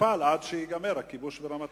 ותטופל עד שייגמר הכיבוש ברמת-הגולן.